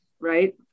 Right